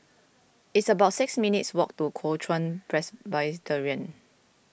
it's about six minutes' walk to Kuo Chuan Presbyterian